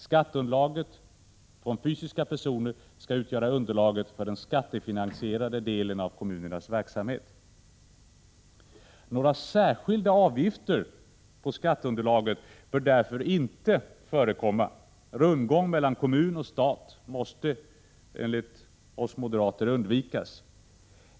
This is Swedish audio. Skatteunderlaget från fysiska personer skall utgöra underlaget för den skattefinansierade delen av kommunernas verksamhet. Några särskilda avgifter på skatteunderlaget bör därför inte förekomma. Rundgång mellan kommun och stat måste undvikas.